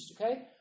Okay